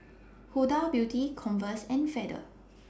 Huda Beauty Converse and Feather